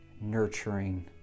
nurturing